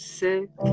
sick